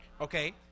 okay